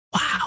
Wow